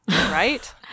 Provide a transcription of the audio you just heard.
Right